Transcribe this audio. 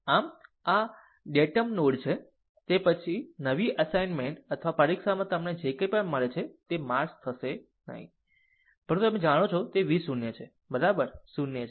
આમ આ datum node છે તે નવી અસાઈનમેન્ટ અથવા પરીક્ષામાં તમને જે કંઇ મળે છે તે માર્ક થશે નહીં પરંતુ તમે જાણો છો કે તે v 0 છે બરાબર 0 છે